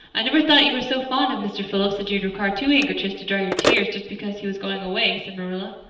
i never thought you were so fond of mr. phillips that you'd require two handkerchiefs to dry your tears just because he was going away, said marilla.